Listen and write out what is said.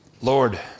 Lord